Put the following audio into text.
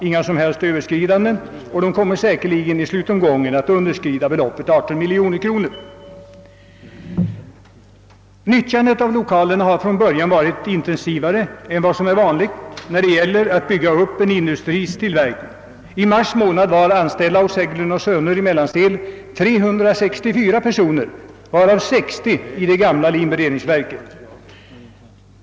Inga som helst överskridanden har förekommit och man kommer säkerligen i slutomgången att underskrida beloppet 18 miljoner kronor. Nyttjandet av lokalerna har från början varit intensivare än vad som är vanligt när det gäller att bygga upp en ny industris tillverkning. I mars månad var antalet anställda hos Hägglund & Söner i Mellansel 364 personer, varav 60 i det gamla linberedningsverket.